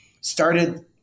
started